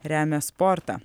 remia sportą